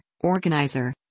organizer